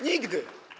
Nigdy.